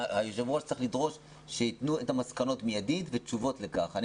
היו"ר צריך לדרוש שיתנו את המסקנות והתשובות לכך באופן מידי.